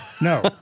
No